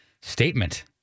statement